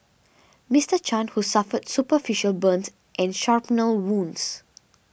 Mister Chan who suffered superficial burns and shrapnel wounds